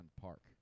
Park